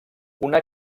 una